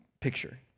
picture